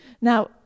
Now